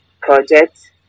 project